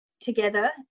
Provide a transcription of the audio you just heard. together